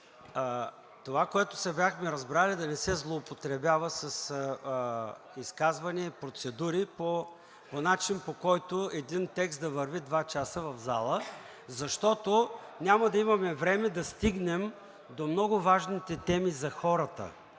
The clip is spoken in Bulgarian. Това, което се бяхме разбрали, е да не се злоупотребява с изказвания и процедури по начин, по който един текст да върви два часа в залата, защото няма да имаме време да стигнем до много важните теми за хората,